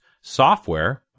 software